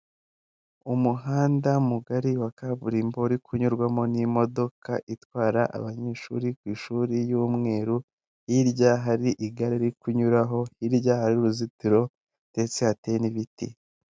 Umuhanda mugari wa kaburimbo uri kunyurwamo n'imodoka itwara abanyeshuri ku ishuri y'umweru hirya hari igare riri kunyuraho, hirya hari uruzitiro ndetse hateye n'ibiti.